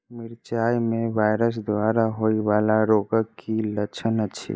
मिरचाई मे वायरस द्वारा होइ वला रोगक की लक्षण अछि?